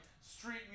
street